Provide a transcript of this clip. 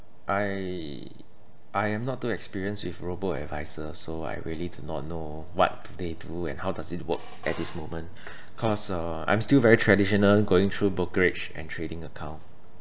I I am not too experienced with robo-advisor so I really do not know what they do and how does it work at this moment cause uh I'm still very traditional going through brokerage and trading account